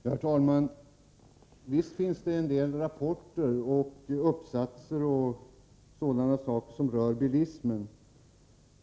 Herr talman! Visst har det skrivits rapporter, uppsatser och annat som rör bilismen.